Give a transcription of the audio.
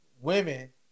women